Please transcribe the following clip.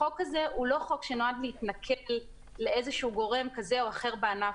החוק הזה לא נועד להתנכל לגורם כזה או אחר בענף.